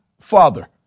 father